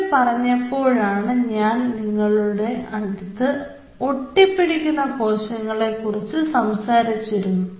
ഇത് പറഞ്ഞപ്പോഴാണ് ഞാൻ നിങ്ങളുടെ അടുത്ത് ഒട്ടിപ്പിടിക്കുന്ന കോശങ്ങളെ കുറിച്ച് സംസാരിച്ചിരുന്നു